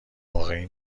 واقعی